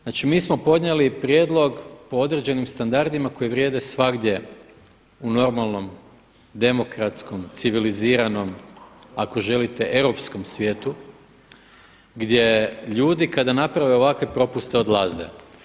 Znači mi smo podijeli prijedlog po određenim standardima koji vrijede svagdje u normalnom demokratskom, civiliziranom, ako želite europskom svijetu gdje ljudi kada naprave ovakve propuste odlaze.